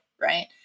right